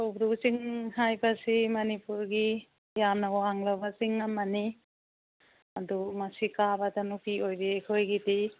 ꯀꯧꯕ꯭ꯔꯨ ꯆꯤꯡ ꯍꯥꯏꯕꯁꯤ ꯃꯅꯤꯄꯨꯔꯒꯤ ꯌꯥꯝꯅ ꯋꯥꯡꯂꯕ ꯆꯤꯡ ꯑꯃꯅꯤ ꯑꯗꯨ ꯃꯁꯤ ꯀꯥꯕꯗ ꯅꯨꯄꯤ ꯑꯣꯏꯕꯤ ꯑꯩꯈꯣꯏꯒꯤꯗꯤ